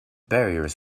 barriers